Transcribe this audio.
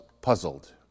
puzzled